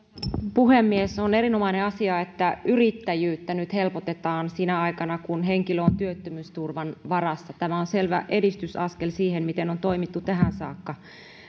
puhemies on erinomainen asia että yrittäjyyttä nyt helpotetaan sinä aikana kun henkilö on työttömyysturvan varassa tämä on selvä edistysaskel siihen miten on toimittu tähän saakka